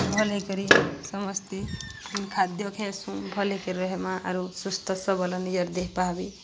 ଭଲ୍ ହେଇକରି ସମସ୍ତେ ଖାଦ୍ୟ ଖାଏସୁଁ ଭଲ୍ ହେଇକରି ରହେମା ଆର୍ ସୁସ୍ଥ ସବଲ ନିଜର ଦେହପାହା ବି